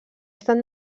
estat